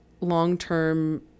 long-term